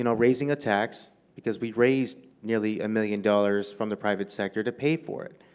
you know raising a tax, because we've raised nearly a million dollars from the private sector to pay for it.